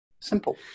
Simple